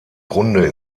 grunde